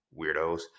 Weirdos